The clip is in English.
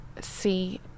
see